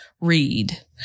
read